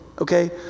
Okay